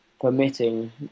permitting